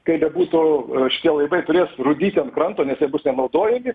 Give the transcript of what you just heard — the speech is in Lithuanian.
kaip bebūtų šitie laidai turės rūdyti ant kranto nes jie bus nenaudojami